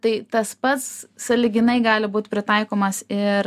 tai tas pats sąlyginai gali būt pritaikomas ir